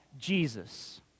Jesus